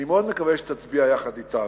ואני מאוד מקווה שתצביע יחד אתנו: